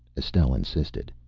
estelle insisted.